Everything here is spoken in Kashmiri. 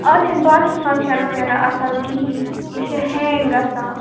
اَتھ چھَنہٕ باقٕے فنٛکشنٕز تہِ نہٕ اصٕل کِہیٖنۍ یہِ چھُ ہینٛگ گَژھان